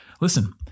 listen